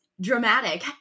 dramatic